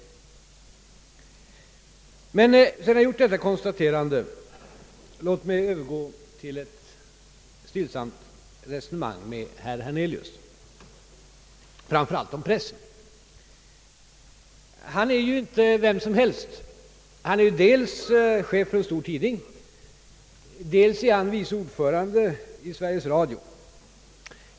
Låt mig, sedan jag gjort detta konstaterande, övergå till ett stillsamt resonemang med herr Hernelius, framför allt om pressen. Han är ju inte vem som helst — dels är han chef för en stor tidning, dels är han vice ordförande i Sveriges Radio.